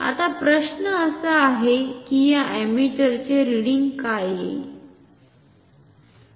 आता प्रश्न आहे की या अमीटरचे रिडिंग काय येईल